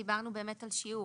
דיברנו באמת על שיעור,